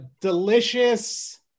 delicious